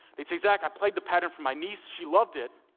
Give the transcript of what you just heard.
they'd say, zach, i played the pattern for my niece she loved it.